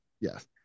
Yes